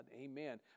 amen